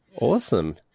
Awesome